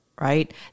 Right